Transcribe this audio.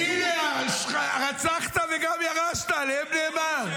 משה טור פז (יש עתיד): שנה.